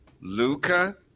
Luca